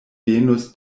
venos